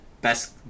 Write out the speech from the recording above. best